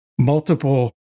multiple